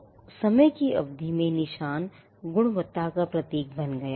तो समय की अवधि में निशान गुणवत्ता का प्रतीक बन गया